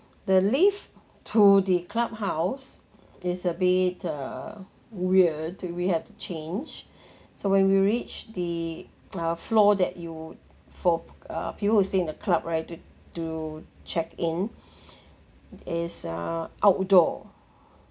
the lift to the clubhouse is a bit uh weird to we have to change so when we reached the uh floor that you for a few who stay in the club right to to check in is uh outdoor